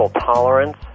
tolerance